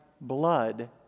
blood